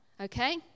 okay